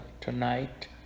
tonight